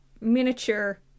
miniature